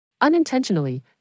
Unintentionally